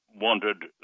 wanted